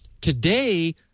today